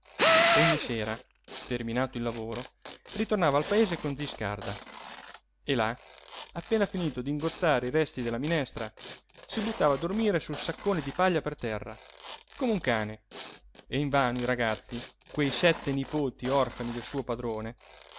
ogni sera terminato il lavoro ritornava al paese con zi scarda e là appena finito d'ingozzare i resti della minestra si buttava a dormire sul saccone di paglia per terra come un cane e invano i ragazzi quei sette nipoti orfani del suo padrone